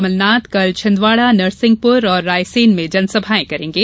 कमलनाथ कल छिंदवाड़ा नरसिंहपुर और रायसेन में जनसभाएं करेंगे